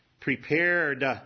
prepared